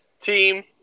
team